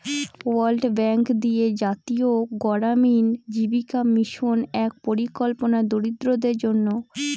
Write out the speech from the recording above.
world bank দিয়ে জাতীয় গড়ামিন জীবিকা মিশন এক পরিকল্পনা দরিদ্রদের জন্য